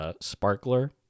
sparkler